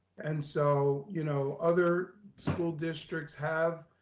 and so, you know other school districts have